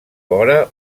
vora